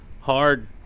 hard